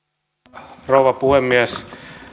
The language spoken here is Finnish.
arvoisa rouva puhemies